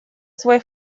свой